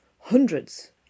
hundreds